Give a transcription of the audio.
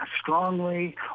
strongly